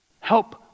Help